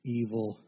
evil